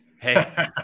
hey